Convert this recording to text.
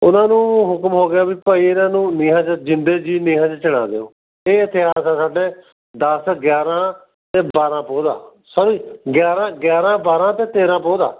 ਉਹਨਾਂ ਨੂੰ ਹੁਕਮ ਹੋ ਗਿਆ ਵੀ ਭਾਈ ਇਹਨਾਂ ਨੂੰ ਨੀਹਾਂ 'ਚ ਜਿੰਦੇ ਜੀਅ ਨੀਹਾਂ 'ਚ ਚਿਣਾ ਦਿਓ ਇਹ ਇਤਿਹਾਸ ਆ ਸਾਡੇ ਦਸ ਗਿਆਰ੍ਹਾਂ ਅਤੇ ਬਾਰ੍ਹਾਂ ਪੋਹ ਦਾ ਸੋਰੀ ਗਿਆਰ੍ਹਾਂ ਗਿਆਰ੍ਹਾਂ ਬਾਰ੍ਹਾਂ ਅਤੇ ਤੇਰ੍ਹਾਂ ਪੋਹ ਦਾ